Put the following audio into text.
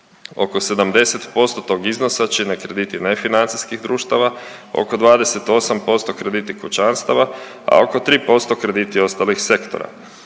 Oko 70% tog iznosa čine krediti nefinancijskih društava, oko 28% krediti kućanstava, a oko 3% krediti ostalih sektora.